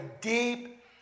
deep